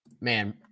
man